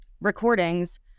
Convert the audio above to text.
recordings